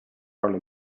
early